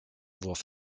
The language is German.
wurf